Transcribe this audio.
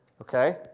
Okay